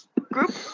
group